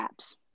apps